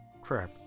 Crap